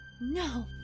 No